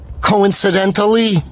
coincidentally